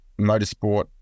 motorsport